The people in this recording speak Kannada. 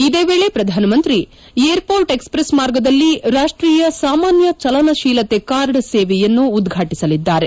ಇದೇ ವೇಳೆ ಪ್ರಧಾನ ಮಂತ್ರಿ ಏರ್ಮೋರ್ಟ್ ಎಕ್ಸ್ಪ್ರೆಸ್ ಮಾರ್ಗದಲ್ಲಿ ರಾಷ್ಟೀಯ ಸಾಮಾನ್ಯ ಚಲನಶೀಲತೆ ಕಾರ್ಡ್ ಸೇವೆಯನ್ನು ಉದ್ಘಾಟಿಸಲಿದ್ದಾರೆ